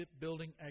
building